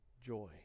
joy